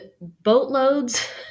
boatloads